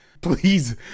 Please